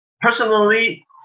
Personally